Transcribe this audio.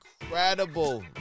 incredible